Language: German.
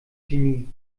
genie